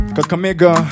Kakamega